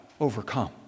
overcome